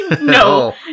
no